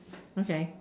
okay